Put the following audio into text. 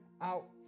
out